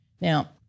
Now